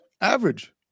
average